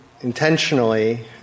intentionally